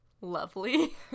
lovely